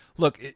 Look